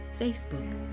Facebook